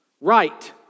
Right